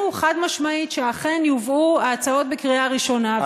חד-משמעית שאכן יובאו ההצעות לקריאה ראשונה,